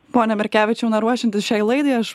pone merkevičiau na ruošiantis šiai laidai aš